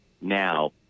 now